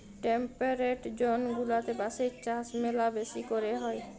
temperate zone গুলাতে বাঁশের চাষ ম্যালা বেশি ক্যরে হ্যয়